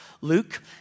Luke